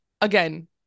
again